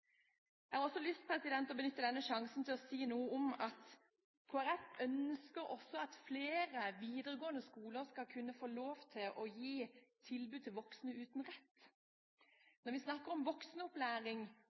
Jeg har også lyst til å benytte denne sjansen til å si noe om at Kristelig Folkeparti ønsker at flere videregående skoler skal kunne få lov til å gi et tilbud til voksne uten